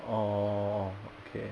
orh okay